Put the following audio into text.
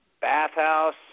bathhouse